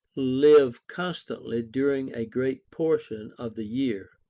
live constantly during a great portion of the year.